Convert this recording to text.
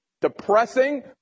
depressing